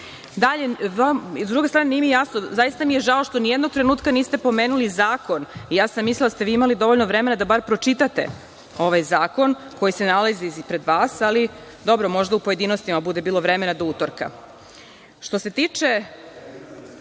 nije mi jasno, zaista mi je žao što nijednom trenutka niste pomenuli zakon. Mislila sam da ste imali dovoljno vremena da bar pročitate ovaj zakon koji se nalazi ispred vas, ali dobro, možda u pojedinostima bude bilo vremena, do utorka. Što